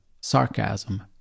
sarcasm